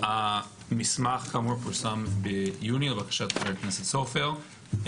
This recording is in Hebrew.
המסמך כאמור פורסם ביוני, לבקשת חבר הכנסת סופר.